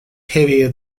heavier